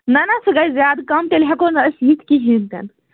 نَہ نَہ سُہ گژھِ زیادٕ کَم تیٚلہِ ہٮ۪کو نہٕ أسۍ یِتھ کِہیٖنۍ تہِ نہٕ